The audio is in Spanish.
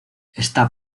está